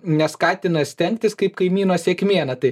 neskatina stengtis kaip kaimyno sėkmė na tai